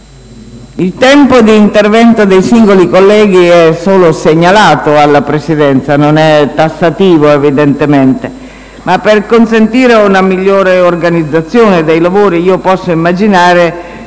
il tempo d'intervento dei singoli colleghi è solo segnalato alla Presidenza, non è tassativo, evidentemente. Tuttavia, per consentire una migliore organizzazione dei lavori posso immaginare che